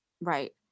right